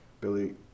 Billy